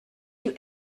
you